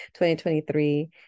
2023